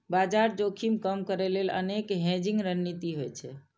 बाजार जोखिम कम करै लेल अनेक हेजिंग रणनीति होइ छै